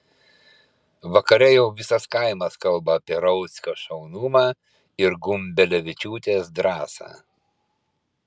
vakare jau visas kaimas kalba apie rauckio šaunumą ir gumbelevičiūtės drąsą